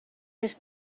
més